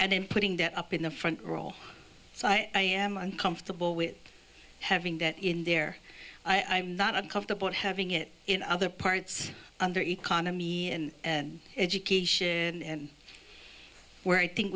i'm putting that up in the front row so i am uncomfortable with having that in there i'm not uncomfortable at having it in other parts of the economy and education and where i think